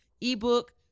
ebook